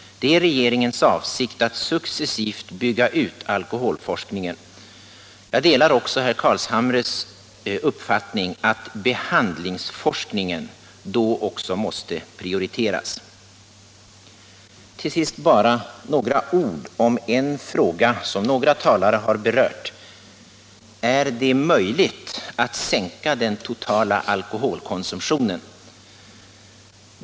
Det är regeringens avsikt att successivt bygga ut alkoholforskningen. Jag delar också herr Carlshamres uppfattning att behandlingsforskningen då måste prioriteras. Till sist bara några ord om en fråga som några talare har berört. Är det möjligt att sänka den totala alkoholkonsumtionen?